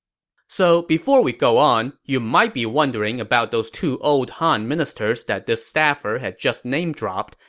so before we go on, you might be wondering about those two old han ministers that this staffer had just name-dropped,